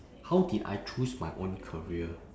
how did I choose my own career